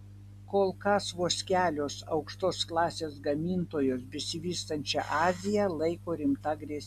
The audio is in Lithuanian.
kol kas vos kelios aukštos klasės gamintojos besivystančią aziją laiko rimta grėsme